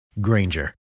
Granger